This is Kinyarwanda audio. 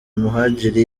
muhadjili